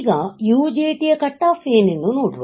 ಈಗ UJT ಯ cut off ಏನೆಂದು ನೋಡುವ